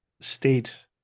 state